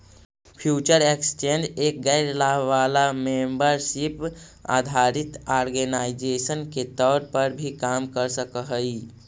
future exchange एक गैर लाभ वाला मेंबरशिप आधारित ऑर्गेनाइजेशन के तौर पर भी काम कर सकऽ हइ